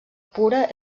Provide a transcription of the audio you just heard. pura